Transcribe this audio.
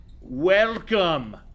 Welcome